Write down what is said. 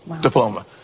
diploma